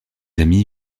amis